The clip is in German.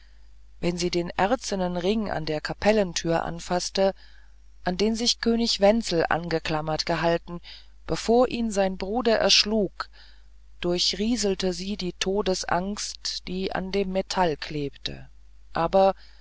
wenn sie den erzenen ring an der kapellentür anfaßte an den sich könig wenzel angeklammert gehalten bevor ihn sein bruder erschlug durchrieselte sie die todesangst die an dem metall klebte aber